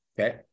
Okay